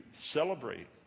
celebrate